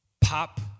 Pop